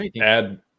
add